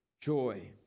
joy